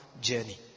journey